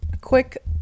quick